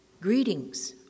Greetings